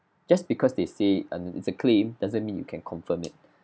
just because they say I mean it's a claim doesn't mean you can confirm it